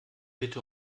bitte